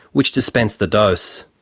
which dispense the dose.